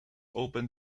open